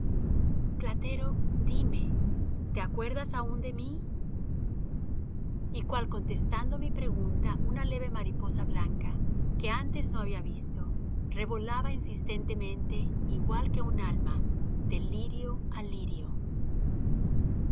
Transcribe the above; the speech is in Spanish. platero dime te acuerdas aún de mi y cual contestando mi pregunta una leve mariposa blanca que antes no había visto revolaba insistentemente igual que un alma de lirio